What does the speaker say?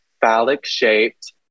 phallic-shaped